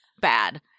bad